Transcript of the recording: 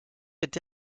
été